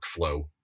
workflow